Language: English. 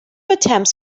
attempts